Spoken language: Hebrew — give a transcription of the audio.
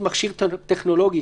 מכשיר טכנולוגי